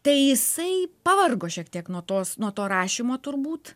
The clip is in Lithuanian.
tai jisai pavargo šiek tiek nuo tos nuo to rašymo turbūt